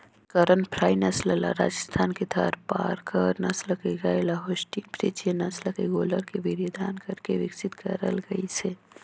करन फ्राई नसल ल राजस्थान के थारपारकर नसल के गाय ल होल्सटीन फ्रीजियन नसल के गोल्लर के वीर्यधान करके बिकसित करल गईसे